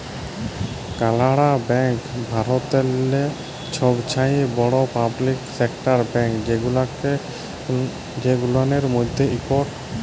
কালাড়া ব্যাংক ভারতেল্লে ছবচাঁয়ে বড় পাবলিক সেকটার ব্যাংক গুলানের ম্যধে ইকট